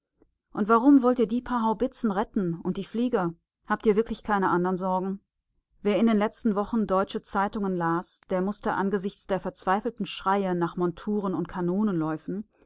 und warum wollt ihr die paar haubitzen retten und die flieger habt ihr wirklich keine anderen sorgen wer in den letzten wochen deutsche zeitungen las der mußte angesichts der verzweifelten schreie nach monturen und